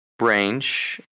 range